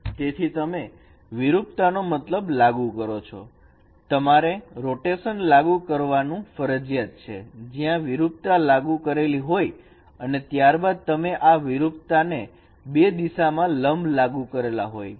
તેથી તમે વિરૂપતા નો મતલબ લાગુ કરો છોતમારે રોટેશન લાગુ કરવાની ફરજીયાત છે જ્યાં વિરૂપતા લાગુ કરેલી હોય અને ત્યારબાદ તમે આ વિરૂપતા ને બે દિશાઓમાં લંબુ લાગુ કરેલ હોય